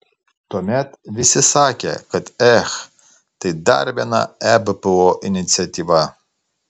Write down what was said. tuomet visi sakė kad ech tai dar viena ebpo iniciatyva